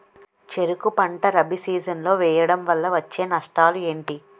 చెరుకు పంట రబీ సీజన్ లో వేయటం వల్ల వచ్చే నష్టాలు ఏంటి?